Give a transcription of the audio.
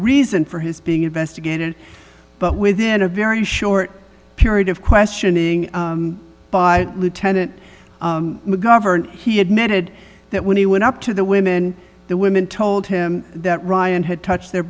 reason for his being investigated but within a very short period of questioning by lieutenant mcgovern he admitted that when he went up to the women the women told him that ryan had touched their